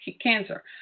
cancer